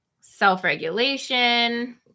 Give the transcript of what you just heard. self-regulation